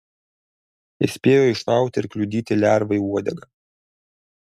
jis spėjo iššauti ir kliudyti lervai uodegą